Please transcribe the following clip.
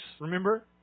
Remember